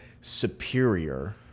superior